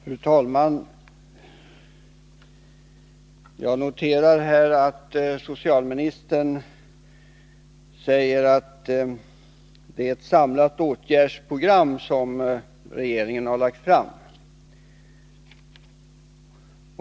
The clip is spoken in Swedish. Fru talman! Jag noterar att socialministern säger att det är ett samlat åtgärdsprogram som regeringen har lagt fram.